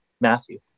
matthew